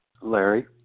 Larry